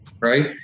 right